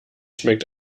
schmeckt